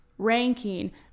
ranking